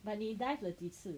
but 你 dive 了几次